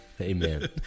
Amen